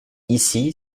ici